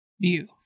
view